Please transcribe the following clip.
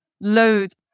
loads